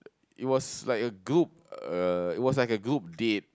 it was like a group uh it was like a group date